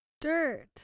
Dirt